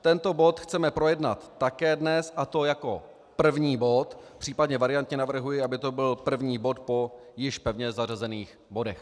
Tento bod chceme projednat také dnes, a to jako první bod, případně variantně navrhuji, aby to byl první bod po již pevně zařazených bodech.